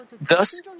Thus